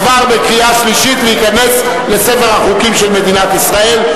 עבר בקריאה שלישית וייכנס לספר החוקים של מדינת ישראל.